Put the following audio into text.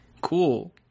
cool